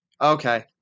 Okay